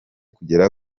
kugera